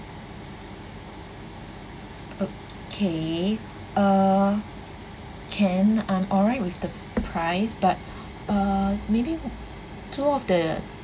okay uh can I'm alright with the price but uh may be two of the